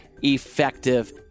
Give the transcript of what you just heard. effective